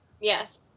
yes